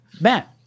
Matt